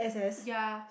ya